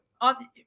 on